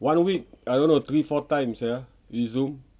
one week I don't know three or four times sia we zoom